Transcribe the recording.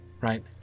right